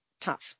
tough